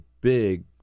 big